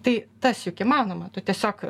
tai tas juk įmanoma tu tiesiog